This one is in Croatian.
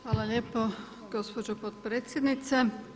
Hvala lijepo, gospođo potpredsjednice.